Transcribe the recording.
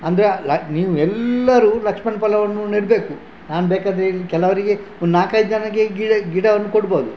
ಅಂದರೆ ಲ ನೀವು ಎಲ್ಲರೂ ಲಕ್ಷ್ಮಣ ಫಲವನ್ನು ನೆಡಬೇಕು ನಾನು ಬೇಕಾದರೆ ಇಲ್ಲಿ ಕೆಲವರಿಗೆ ಒಂದು ನಾಲ್ಕೈದು ಜನಕ್ಕೆ ಗಿಡವನ್ನು ಕೊಡ್ಬೋದು